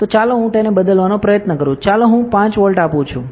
તો ચાલો હું તેને બદલવાનો પ્રયત્ન કરું ચાલો હું 5 વોલ્ટ આપું છું